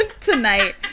tonight